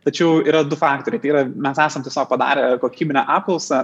tačiau yra du faktoriai tai yra mes esam tiesiog padarę kokybinę apklausą